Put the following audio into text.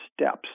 steps